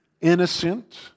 innocent